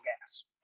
gas